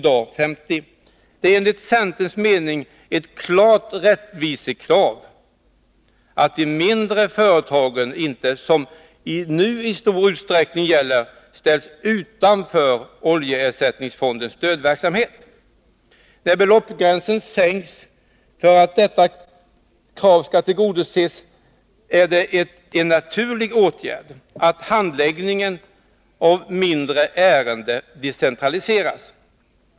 Det är enligt centerns mening ett klart rättvisekrav att de mindre företagen inte, som nu i stor utsträckning är fallet, ställs utanför oljeersättningsfondens stödverksamhet. När beloppsgränsen sänks för att detta krav skall tillgodoses är det en naturlig åtgärd att handläggningen av mindre ärenden decentraliseras.